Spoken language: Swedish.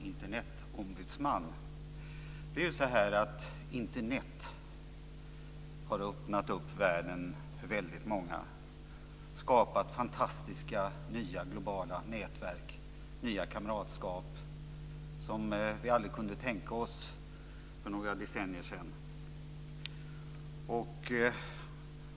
Internet har öppnat världen för väldigt många och skapat fantastiska nya globala nätverk och nya kamratskap, som vi för några decennier sedan aldrig kunde tänka oss.